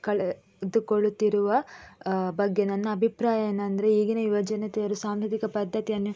ಕಳೆದುಕೊಳ್ಳುತ್ತಿರುವ ಬಗ್ಗೆ ನನ್ನ ಅಭಿಪ್ರಾಯ ಏನೆಂದ್ರೆ ಈಗಿನ ಯುವಜನತೆಯು ಸಾಂಸ್ಕೃತಿಕ ಪದ್ಧತಿಯನ್ನು